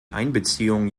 einbeziehung